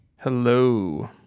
Hello